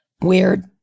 weird